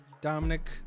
dominic